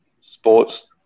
sports